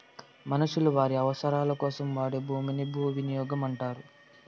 మనుషులు వారి అవసరాలకోసం వాడే భూమిని భూవినియోగం అంటారు